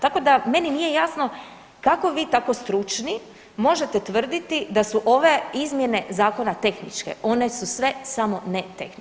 Tako da meni nije jasno kako vi tako stručni možete tvrditi da su ove izmjene zakona tehničke, one su sve samo ne tehničke.